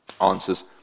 answers